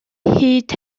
hyd